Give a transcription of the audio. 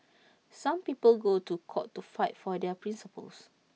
some people go to court to fight for their principles